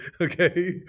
Okay